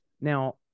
Now